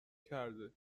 کرده